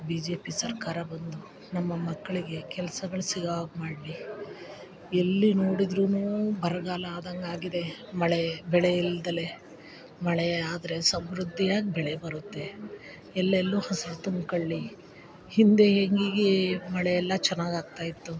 B J P ಸರ್ಕಾರ ಬಂದು ನಮ್ಮ ಮಕ್ಕಳಿಗೆ ಕೆಲ್ಸಗಳು ಸಿಗೋ ಹಾಗೆ ಮಾಡಲಿ ಎಲ್ಲಿ ನೋಡಿದ್ರು ಬರಗಾಲ ಆದಂಗೆ ಆಗಿದೆ ಮಳೆ ಬೆಳೆ ಇಲ್ಲದಲೇ ಮಳೆ ಆದರೆ ಸಮೃದ್ದಿಯಾಗಿ ಬೆಳೆ ಬರುತ್ತೆ ಎಲ್ಲೆಲ್ಲೂ ಹಸ್ರು ತುಂಬ್ಕೊಳ್ಳಿ ಹಿಂದೆ ಹೇಗೇಗೆ ಮಳೆ ಎಲ್ಲ ಚೆನ್ನಾಗ್ ಆಗ್ತಾಯಿತ್ತು